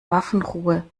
waffenruhe